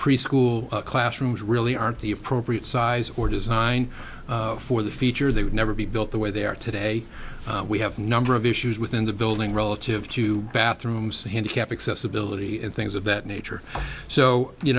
preschool classrooms really aren't the appropriate size or design for the feature they would never be built the way they are today we have number of issues within the building relative to bathrooms handicapped accessibility and things of that nature so you